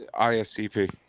ISCP